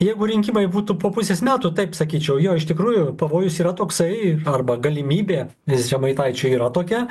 jeigu rinkimai būtų po pusės metų taip sakyčiau jo iš tikrųjų pavojus yra toksai arba galimybė iz žemaitaičio yra tokia